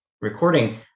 recording